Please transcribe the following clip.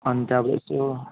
अन्त अब त्यो